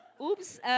Oops